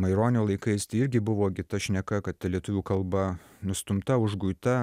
maironio laikais irgi buvo gi ta šneka kad ta lietuvių kalba nustumta užguita